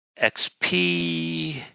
XP